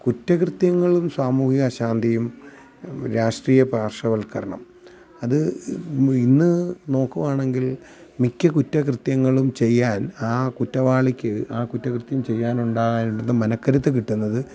കുറ്റകൃത്യങ്ങളും സാമൂഹ്യ അശാന്തിയും രാഷ്ട്രീയ പാർശ്വ വൽക്കരണം അത് ഇന്ന് നോക്കുകയാണെങ്കിൽ മിക്ക കുറ്റകൃത്യങ്ങളും ചെയ്യാൻ ആ കുറ്റവാളിക്ക് ആ കുറ്റകൃത്യം ചെയ്യാനുണ്ടായ മനക്കരുത്ത് കിട്ടുന്നത്